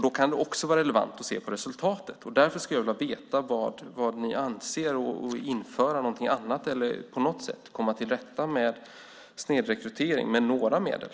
Då kan det också vara relevant att se på resultatet. Därför skulle jag vilja veta vad ni anser och om ni tänker införa någonting annat för att komma till rätta med snedrekryteringen med några medel.